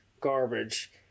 Garbage